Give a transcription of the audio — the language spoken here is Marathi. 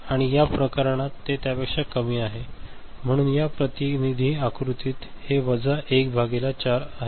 आणि या प्रकरणात ते त्यापेक्षा कमी आहे म्हणून या प्रतिनिधी आकृतीत हे वजा 1 भागिले 4 आहे